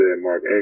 Mark